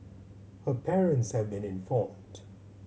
her parents have been informed